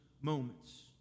moments